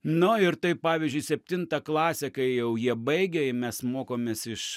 nu ir taip pavyzdžiui septintą klasę kai jau jie baigia mes mokomės iš